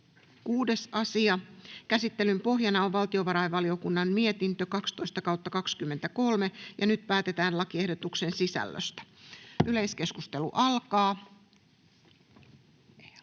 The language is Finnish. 6. asia. Käsittelyn pohjana on valtiovarainvaliokunnan mietintö VaVM 12/2023 vp. Nyt päätetään lakiehdotuksen sisällöstä. — Yleiskeskustelu alkaa.